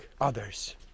others